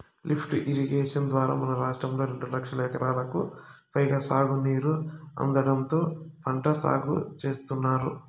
lift irrigation ద్వారా మన రాష్ట్రంలో రెండు లక్షల ఎకరాలకు పైగా సాగునీరు అందడంతో పంట సాగు చేత్తున్నారు